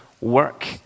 work